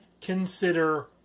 consider